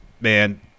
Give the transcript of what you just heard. man